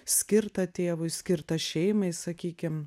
skirtą tėvui skirtą šeimai sakykim